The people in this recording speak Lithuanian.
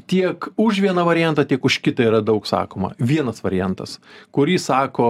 tiek už vieną variantą tiek už kitą yra daug sakoma vienas variantas kurį sako